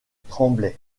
tremblay